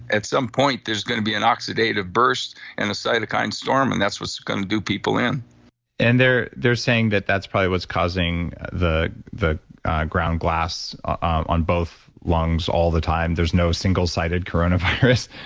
at some point, there's going to be an oxidative burst and a cytokine storm and that's what's going to do people in and they're they're saying that that's probably what's causing the the ground glass on both lungs all the time there's no single sited coronavirus.